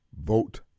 vote